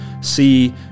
see